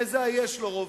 מזהה אם יש לו רוב,